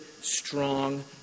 strong